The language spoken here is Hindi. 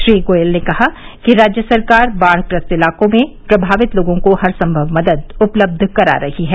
श्री गोयल ने कहा कि राज्य सरकार बाढ़ग्रस्त इलाकों में प्रभावित लोगों को हरसंभव मदद उपलब्ध करा रही है